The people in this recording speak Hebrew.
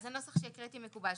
אז הנוסח שהקראתי מקובל.